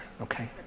okay